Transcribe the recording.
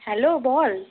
hello বল